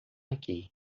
aqui